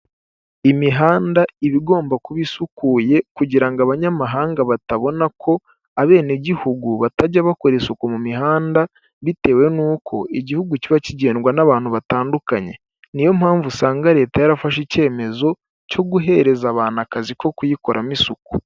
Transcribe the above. Imihanda iba igomba kuba isukuye kugira ngo abanyamahanga batabona ko abene gihugu batajya bakora isuku mu mihanda bitewe n'uko igihugu kiba kigendwa n'abantu batandukanye niyo mpamvu usanga leta yarafashe icyemezo cyo guhereza abantu akazi ko kuyikoramo isuku.